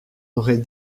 aurait